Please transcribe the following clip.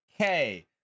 okay